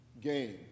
game